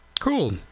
cool